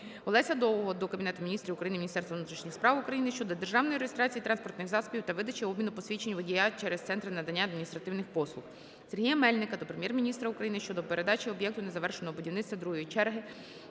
Олеся Довгого до Кабінету Міністрів України, Міністерства внутрішніх справ України щодо державної реєстрації транспортних засобів та видачі (обміну) посвідчень водія через центри надання адміністративних послуг. Сергія Мельника до Прем'єр-міністра України щодо передачі об'єкту незавершеного будівництваІІ-ї черги